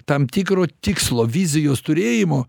tam tikro tikslo vizijos turėjimo